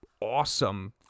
awesome